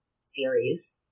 series